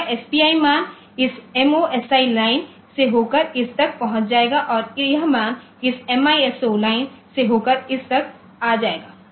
तो यह SPI मान इस MOSI लाइन से होकर इस तक जाएगा और यह मान इस MISO लाइन से होकर इस तक आ जाएगा